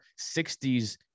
60s